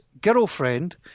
girlfriend